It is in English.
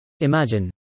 Imagine